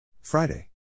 Friday